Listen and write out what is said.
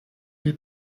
lui